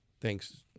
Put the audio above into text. thanks